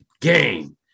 game